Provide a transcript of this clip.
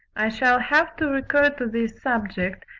i shall have to recur to this subject,